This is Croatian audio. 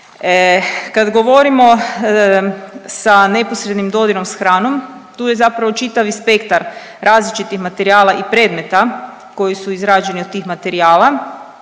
Kad govorimo sa neposrednim dodirom s hranom tu je zapravo čitavi spektar različitih materijala i predmeta koji su izrađeni od tih materijala.